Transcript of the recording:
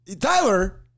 Tyler